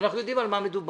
הם יודעים על מה מדובר.